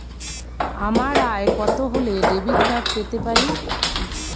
আমার আয় কত হলে ডেবিট কার্ড পেতে পারি?